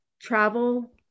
travel